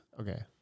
Okay